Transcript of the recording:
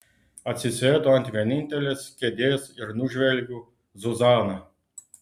atsisėdu ant vienintelės kėdės ir nužvelgiu zuzaną